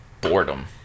boredom